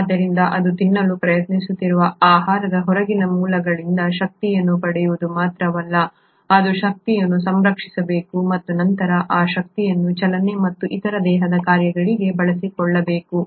ಆದ್ದರಿಂದ ಅದು ತಿನ್ನಲು ಪ್ರಯತ್ನಿಸುತ್ತಿರುವ ಆಹಾರದಂತಹ ಹೊರಗಿನ ಮೂಲಗಳಿಂದ ಶಕ್ತಿಯನ್ನು ಪಡೆಯುವುದು ಮಾತ್ರವಲ್ಲ ಅದು ಶಕ್ತಿಯನ್ನು ಸಂರಕ್ಷಿಸಬೇಕು ಮತ್ತು ನಂತರ ಆ ಶಕ್ತಿಯನ್ನು ಚಲನೆ ಮತ್ತು ಇತರ ದೇಹದ ಕಾರ್ಯಗಳಿಗೆ ಬಳಸಿಕೊಳ್ಳಬೇಕು